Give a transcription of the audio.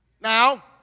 Now